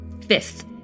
Fifth